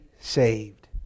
saved